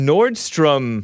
Nordstrom